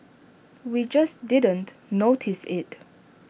we just didn't notice IT